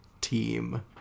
team